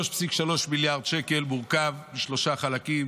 3.3 מיליארד שקל מורכבים משלושה חלקים.